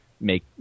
make